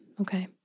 Okay